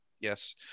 Yes